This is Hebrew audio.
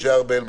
משה ארבל,